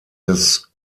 des